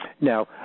Now